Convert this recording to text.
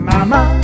Mama